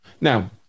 Now